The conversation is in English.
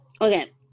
Okay